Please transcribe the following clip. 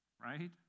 right